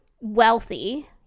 wealthy